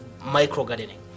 micro-gardening